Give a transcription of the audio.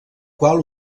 qual